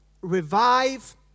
revive